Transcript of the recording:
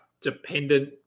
dependent